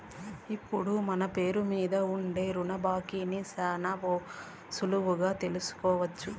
ఇప్పుడు మన పేరు మీద ఉండే రుణ బాకీని శానా సులువుగా తెలుసుకోవచ్చు